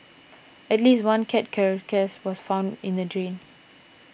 at least one cat carcass was found in a drain